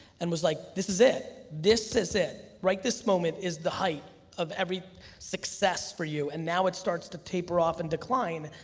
and was like, this, is it. this is it. right this moment is the height of every success for you and now it starts to taper off and decline,